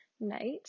night